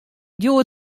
djoer